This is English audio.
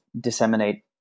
disseminate